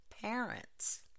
parents